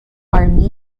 army